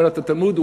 אומר התלמוד,